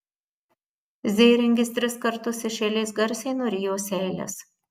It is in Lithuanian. zėringis tris kartus iš eilės garsiai nurijo seiles